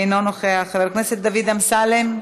אינו נוכח, חבר הכנסת דוד אמסלם,